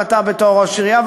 ואתה בתור ראש עירייה,